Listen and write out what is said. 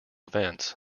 vents